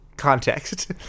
context